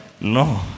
no